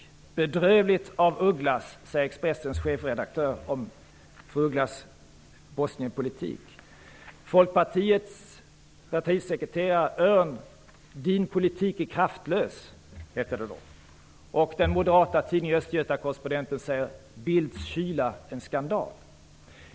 Om fru Ugglas Bosnienpolitik skriver Expressens chefredaktör: ''Bedrövligt, af ''Din politik är kraftlös''. I den moderata tidningen Östgöta Correspondenten skriver man: ''Bildts kyla en skandal''.